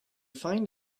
find